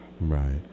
Right